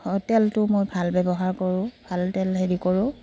তেলটো মই ভাল ব্যৱহাৰ কৰোঁ ভাল তেল হেৰি কৰোঁ